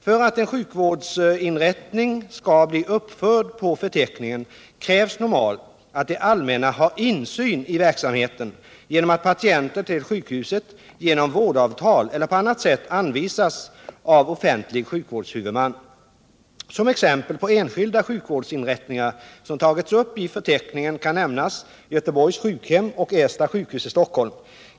För att en sjukvårdsin rättning skall bli uppförd på förteckningen krävs normalt att det allmänna har insyn i verksamheten genom att patienter till sjukhuset genom vårdavtal eller på annat sätt anvisas av offentlig sjukvårdshuvudman. Som exempel på enskilda sjukvårdsinrättningar som tagits upp i förteckningen kan nämnas Göteborgs sjukhem och Ersta sjukhus i Stockholm.